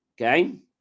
Okay